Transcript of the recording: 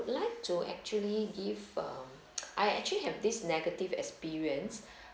like to actually give um I actually have this negative experience